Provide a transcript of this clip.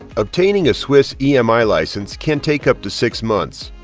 obtaining a swiss emi license can take up to six months.